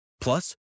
Plus